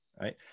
right